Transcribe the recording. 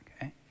Okay